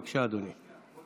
בבקשה, אדוני.